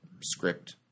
script